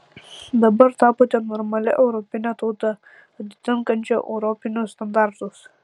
dabar tapote normalia europine tauta atitinkančia europinius standartus